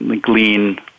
glean